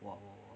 !wah! !wah! !wah!